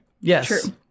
Yes